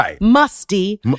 musty